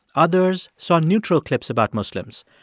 others saw neutral clips about muslims.